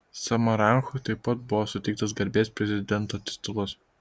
samaranchui taip pat buvo suteiktas garbės prezidento titulas